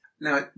Now